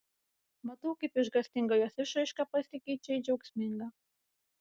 matau kaip išgąstinga jos išraiška pasikeičia į džiaugsmingą